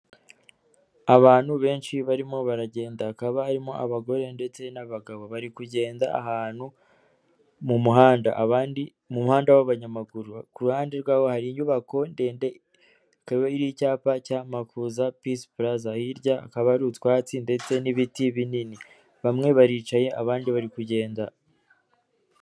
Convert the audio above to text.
Abantu benshi barimo baragenda hakaba harimo abagore ndetse n'abagabo bari kugenda ahantu mu muhanda abandi, mu muhanda w'abanyamaguru ku ruhande rwabo hari inyubako ndende ikaba iriho icyapa cya Makuza pisi puraza, hirya akaba ari utwatsi ndetse n'ibiti binini. Bamwe baricaye abandi bari kugenda.